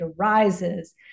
arises